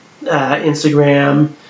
instagram